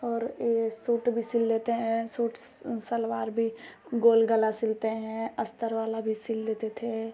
और यह सूट भी सिल लेते हैं सूट्स सलवार भी गोल गला सिलते हैं अस्तर वाला भी सिल लेते थे